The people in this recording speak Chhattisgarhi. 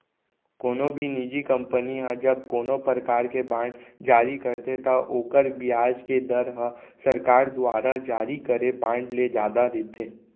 कोनो भी निजी कंपनी ह जब कोनों परकार के बांड जारी करथे त ओकर बियाज के दर ह सरकार दुवारा जारी करे बांड ले जादा रथे